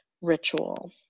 ritual